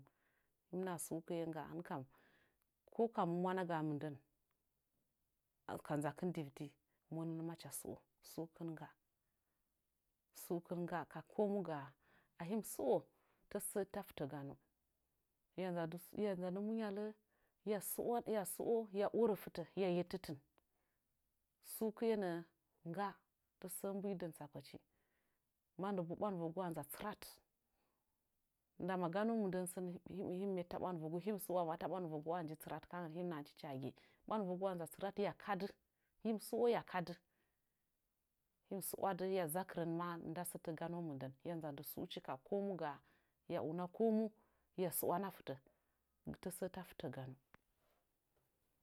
Him naha sukɨe ngga hɨn kam ko kamu mwanagaa mɨndən ka nzakɨn gam dɨudi monən macha sɨu sukɨn ngga sukɨn ngga ka komu gaa ahim suo tase se tafɨtə ganu miya nza ndɨ munyale hiya suwan hiya suo hiya orə fɨtə hiya yettitin sukɨe nə'ə ngga tasəsə mbilidɨn tsapəchi mannəba bwandɨvəgu nza ɨsɨrat ndama ganu mɨndən sən hɨm him myatta bwandɨvəgu him suo amma ta bwandɨvə gu wa nji ɨsɨrat kangən ma tsɨrat hiya kadɨ him suo hɨya kadɨ him su'wadɨ hɨya zakɨrə ma nda sətə ganu mɨndən hɨya ma adɨ suchi ka komu gana hiya una komu hiya suwana fɨtə tasəsə ta fɨtə ganu.